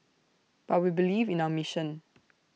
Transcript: but we believe in our mission